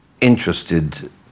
interested